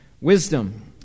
wisdom